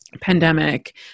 pandemic